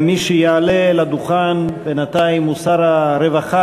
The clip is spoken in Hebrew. מי שיעלה לדוכן בינתיים הוא שר הרווחה